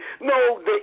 No